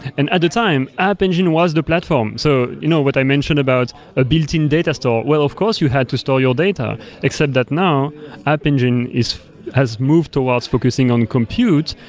and at the time, app engine was the platform. so you know what i mentioned about a built-in data store. well, of course you had to store your data, except that now app engine has moved towards focusing on compute,